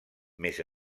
més